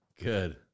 Good